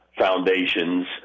foundations